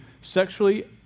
sexually